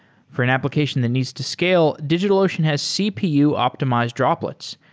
for an application that needs to scale, digitalocean has cpu optimized droplets,